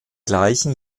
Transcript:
gleichen